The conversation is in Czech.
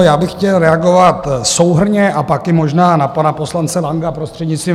Já bych chtěl reagovat souhrnně a pak možná i na pana poslance Langa, vaším prostřednictvím.